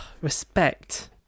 Respect